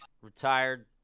retired